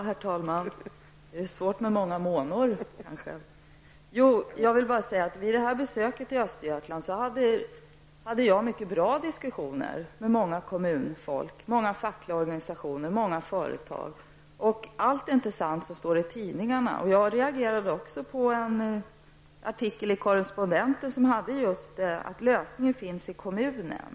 Herr talman! Vid det här besöket i Östergötland hade jag en mycket bra diskussion med många kommunalpolitiker och med företrädare för många fackliga organisationer och företag. Allt som står i tidningarna är inte sant. Jag reagerade också på en artikel i Östgöta Correspondenten där det just sades att lösningen finns i kommunen.